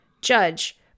judge